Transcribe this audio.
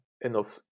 enough